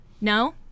No